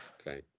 Okay